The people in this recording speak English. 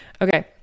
Okay